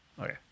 Okay